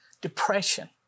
depression